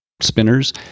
spinners